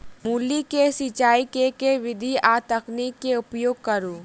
मूली केँ सिचाई केँ के विधि आ तकनीक केँ उपयोग करू?